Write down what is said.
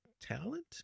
talent